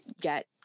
get